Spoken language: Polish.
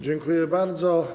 Dziękuję bardzo.